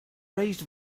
raised